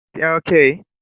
Okay